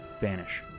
vanish